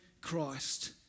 Christ